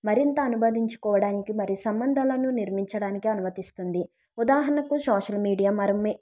మరింత అనుబంధించుకోవడానికి మరియు సంబంధాలను నిర్మించడానికి అనుమతిస్తుంది ఉదాహరణకు సోషల్ మీడియా మరమ్మే